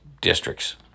districts